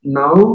now